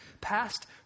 past